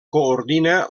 coordina